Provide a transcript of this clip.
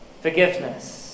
forgiveness